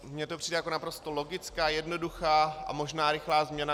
Mně to přijde jako naprosto logická, jednoduchá a možná rychlá změna.